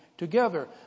Together